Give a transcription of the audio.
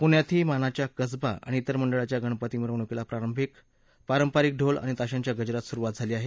पुण्यातही मानच्या कसबा आणि त्रिर मंडळाच्या गणपती मिरवणूकीला पारंपरिक ढोल ताश्यांच्या गजरात सुरुवात झाली आहे